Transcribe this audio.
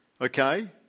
okay